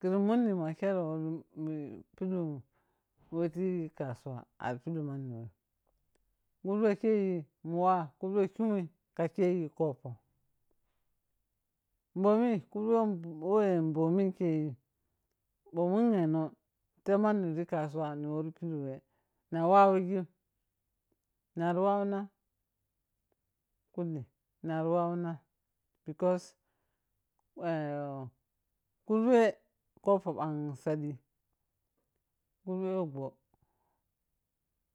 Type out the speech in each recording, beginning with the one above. Khiri munni ma khere wor pihene man. Weh te kasawa ar pet mani wen kurbe keyi muwou kurbe ko khumui ka ke khopou- moni kurbe wohi woyimbomik mbo mungheno ta mani re kasuwa m pilmani we na wawisin nari wawinam kulli nari wawinamkurbe because kurbe yoh ɓho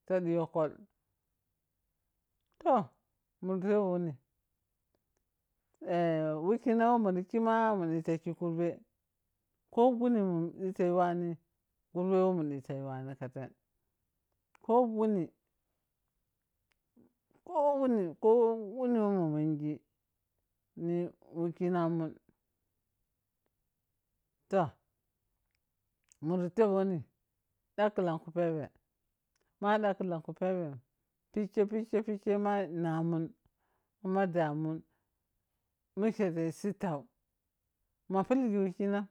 tadi yokkol- toh mun mari ki ma mudifa ki kurbe ko wuni mu dita yawani kurbe who mun defo yawani kafen ko wani uh ko wuni wo mun meno ni wukinamun tah! Muri tep wuni daklan kupebe ma daklan kupob pens? Pike pike pike ma namun ka ma damun mike tayi sifau muha pilo gi wukinam-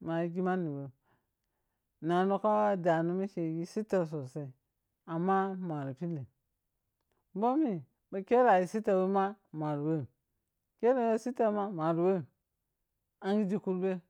mah yighi manjwen nano ka dano mike yighe sifau sosai amma mwari pilim. Momi bho khere you sifauma mwari wem anghigi kurbem.